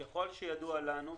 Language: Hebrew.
ככל שידוע לנו,